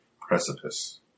precipice